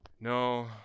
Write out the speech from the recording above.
No